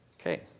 Okay